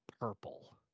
purple